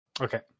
Okay